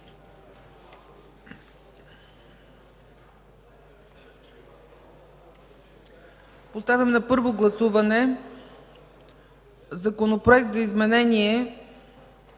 Поставям на първо гласуване Законопроекта за изменение